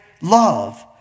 love